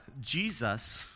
Jesus